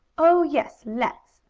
oh, yes let's!